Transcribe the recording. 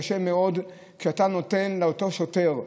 קשה מאוד כשאתה נותן לאותו שוטר,